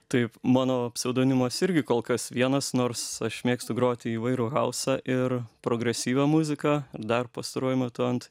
taip mano pseudonimas irgi kol kas vienas nors aš mėgstu groti įvairų hausą ir progresyvią muziką dar pastaruoju metu ant